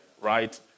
right